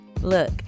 Look